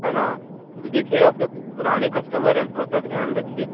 ہے نا ابھی دیکھیے آپ کے پرانے کسٹمر ہیں تھوڑا سا دھیان رکھیے